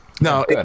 No